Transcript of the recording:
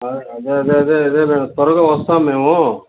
అదే అదే అదే అదే అదే లేండి త్వరగా వస్తాం మేము